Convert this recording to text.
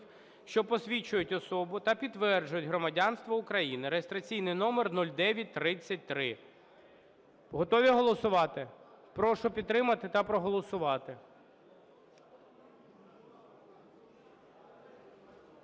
що посвідчують особу та підтверджують громадянство України) (реєстраційний номер 0933). Готові голосувати? Прошу підтримати та проголосувати.